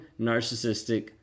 narcissistic